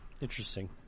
interesting